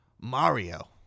Mario